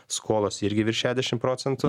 skolos irgi virš šiadešim procentų